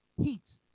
heat